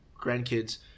grandkids